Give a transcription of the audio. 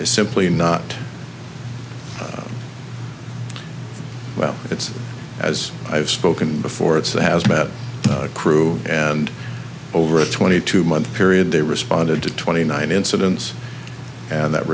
is simply not well it's as i've spoken before it's a hazmat crew and over a twenty two month period they responded to twenty nine incidents and that